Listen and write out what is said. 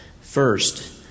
First